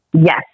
Yes